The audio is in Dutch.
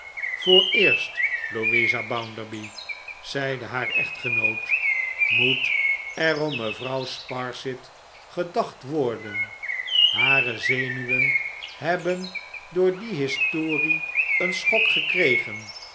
yooreerst louisa bounderby zeide haar echtgenoot moet er om mevrouw sparsit gedacht worden hare zenuwen hebben door die historie een schok gekregen